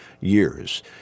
years